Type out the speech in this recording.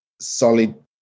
solid